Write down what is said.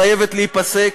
חייבת להיפסק.